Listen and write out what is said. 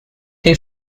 they